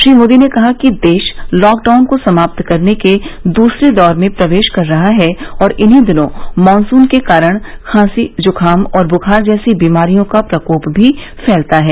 श्री मोदी ने कहा कि देश लॉकडाउन को समाप्त करने के दूसरे दौर में प्रवेश कर रहा है और इन्हीं दिनों मॉनसून के कारण खांसी जुखाम और बुखार जैसी बीमारियों का प्रकोप भी फैलता है